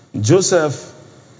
Joseph